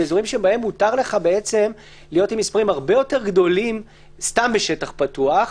באזורים שבהם מותר לך להיות עם מספרים הרבה יותר גדולים סתם בשטח פתוח,